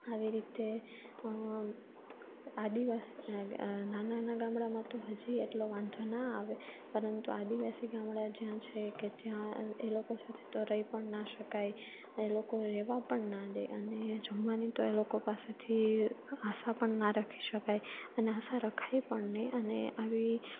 આવી રીતે આદિવાસી નાના નાના ગામડામાં તો હજી એટલો વાંધો ના આવે પરંતુ આદિવાસી ગામડા જ્યાં છે કે ત્યાં એ લોકો સાથે તો રહી પણ ના શકાય એ લોકો રહેવા પણ ના દે અને જમવાની તો એ લોકો પાસેથી આશા પણ ના રાખી શકાય અને આશા રખાય પણ નહીં અને આવી